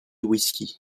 whisky